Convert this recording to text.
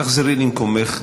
תחזרי למקומך.